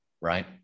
right